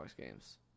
games